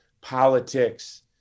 politics